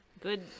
Good